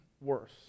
worse